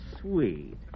sweet